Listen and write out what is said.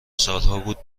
سالهابود